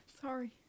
Sorry